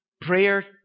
Prayer